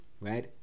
right